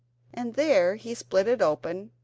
and there he split it open,